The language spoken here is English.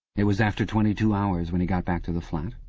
it was after twenty-two hours when he got back to the flat.